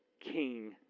king